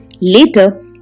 Later